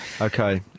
Okay